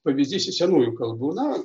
pavyzdys iš senųjų kalbų na